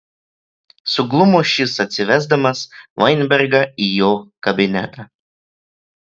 suglumo šis atsivesdamas vainbergą į jo kabinetą